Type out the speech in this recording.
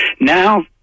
Now